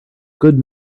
good